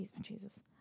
Jesus